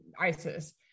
ISIS